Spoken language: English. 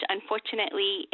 Unfortunately